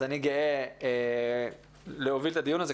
אז אני גאה להוביל את הדיון הזה,